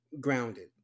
grounded